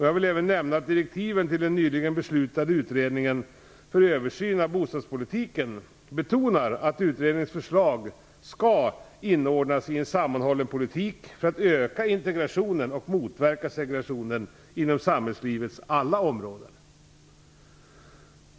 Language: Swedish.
Jag vill även nämna att det i direktiven till den nyligen beslutade utredningen för översyn av bostadspolitiken betonas att utredningens förslag skall inordnas i en sammanhållen politik för att öka integrationen och motverka segregationen inom samhällslivets alla områden.